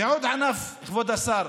ועוד ענף, כבוד השר,